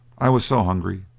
i was so hungry.